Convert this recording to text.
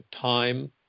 time